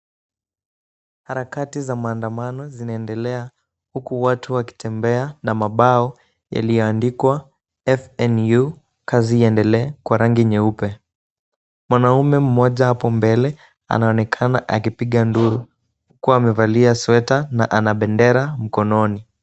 Harakati za maandamano zinaendelea huku watu wakitembea na mabao yaliyoandikwa FNU kazi iendelee kwa rangi nyeupe. Mwanamume mmoja hapo mbele anaonekana akipiga nduru kuwa amevalai sweta na ana bendera mkononi.